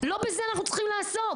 לא בזה אנחנו צריכים לעסוק.